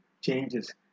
changes